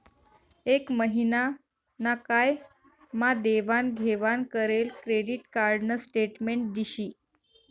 एक महिना ना काय मा देवाण घेवाण करेल क्रेडिट कार्ड न स्टेटमेंट दिशी